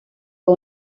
fue